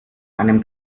einem